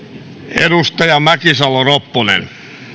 edustaja mäkisalo ropponen